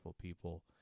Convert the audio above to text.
people